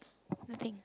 nothing